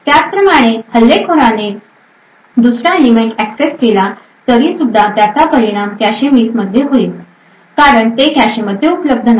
त्याचप्रमाणे हल्लेखोराने दुसरा एलिमेंट ऍक्सेस केला तर त्याचा सुद्धा परिणाम कॅशे मिस मध्ये होईल कारण ते कॅशेमध्ये उपलब्ध नाही